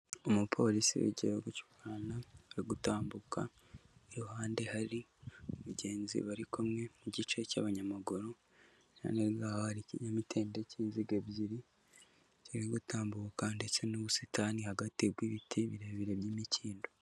Umupolisi w'Igihugu cy'u Rwanda uri gutambuka, iruhande hari umugenzi bari kumwe mu gice cy'abanyamaguru, iruhande rwaho hari ikinyamitende cy'inziga ebyiri, kiri gutambuka ndetse n'ubusitani hagati bw'ibiti birebire by'imikindo.